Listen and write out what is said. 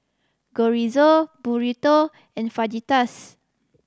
Chorizo Burrito and Fajitas